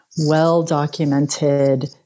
well-documented